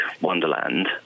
wonderland